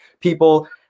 people